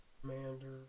commander